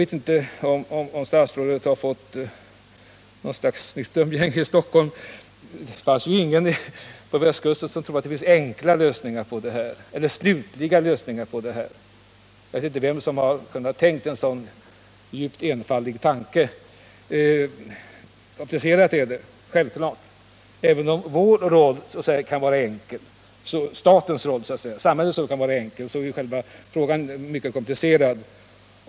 Det verkar som om statsrådet påverkats av sitt nya umgänge här i Stockholm, för på västkusten finns det ju ingen som tror att det finns några enkla eller slutgiltiga lösningar på bilindstrins problem — jag förstår inte vem det är som har kunnat tänka en sådan djupt enfaldig tanke. Frågan är självfallet mycket komplicerad. Även om statens och samhällets roll kan vara enkel, så är själva huvudfrågan mycket komplicerad.